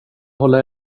hålla